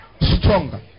stronger